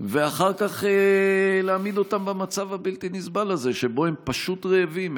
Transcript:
ואחר כך להעמיד אותם במצב הבלתי-נסבל הזה שבו הם פשוט רעבים,